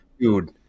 Dude